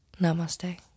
Namaste